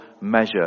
measure